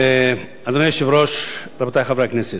אדוני היושב-ראש, רבותי חברי הכנסת,